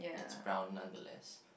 it's brown nonetheless